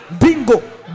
bingo